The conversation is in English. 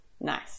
Nice